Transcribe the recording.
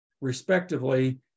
respectively